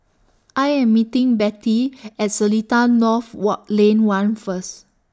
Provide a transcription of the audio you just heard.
I Am meeting Bette At Seletar North Walk Lane one First